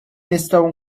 nistgħu